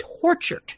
tortured